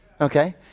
Okay